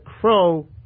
crow